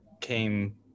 came